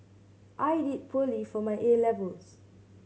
I did poorly for my A levels